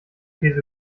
käse